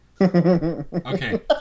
Okay